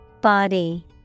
Body